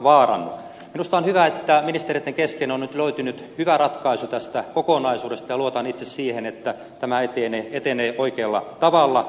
minusta on hyvä että ministereitten kesken on nyt löytynyt hyvä ratkaisu tähän kokonaisuuteen ja luotan itse siihen että tämä etenee oikealla tavalla